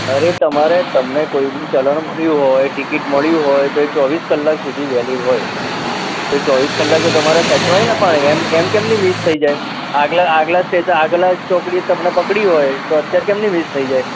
અરે તમારે તમને કોઈ બી ચલણ મળ્યું હોય ટિકિટ મળી હોય તો એ ચોવીસ કલાક સુધી વેલીડ હોય તોહ એ ચોવીસ કલાક તો તમારે સચવાયને પણ એમ એમ કેમની મિસ થઈ જાય આગલા આગલા સ્ટેશન આગલા ચોકડી એ તમને પકડી હોય તો અત્યાર કેમની વેસ્ટ થઈ જાય